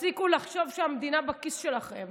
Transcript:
תפסיקו לחשוב שהמדינה בכיס שלכם,